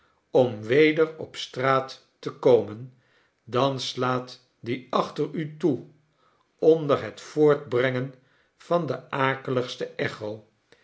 om weder op straat te komen dan slaat die achter u toe onder het voortbrengen van de akeligste echo